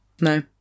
No